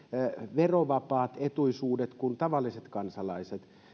verovapaat etuisuudet kuin tavalliset kansalaiset